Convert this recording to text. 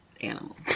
animal